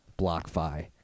BlockFi